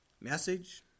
Message